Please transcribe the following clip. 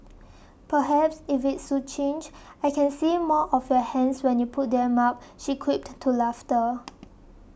perhaps if it's succinct I can see more of your hands when you put them up she quipped to laughter